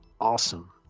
awesome